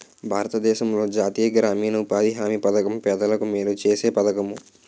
భారతదేశంలో జాతీయ గ్రామీణ ఉపాధి హామీ పధకం పేదలకు మేలు సేసే పధకము